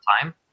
time